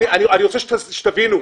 אני רוצה שתבינו.